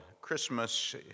Christmas